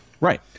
Right